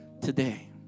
today